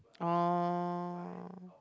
orh